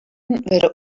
wurde